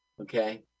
Okay